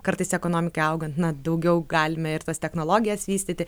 kartais ekonomikai augant na daugiau galime ir tas technologijas vystyti